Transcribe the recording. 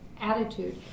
attitude